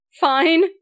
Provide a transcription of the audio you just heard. Fine